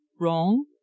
Wrong